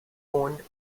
owned